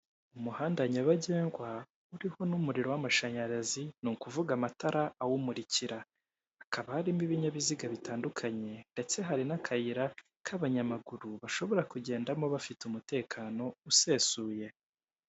Umuhanda nyabagendwa uriho n'umuriro w'amashanyarazi ni ukuvuga amatara awumurikira, hakaba harimo ibinyabiziga bitandukanye ndetse hari n'akayira k'abanyamaguru bashobora kugendamo bafite umutekano usesuye.